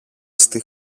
στη